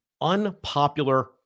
unpopular